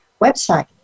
website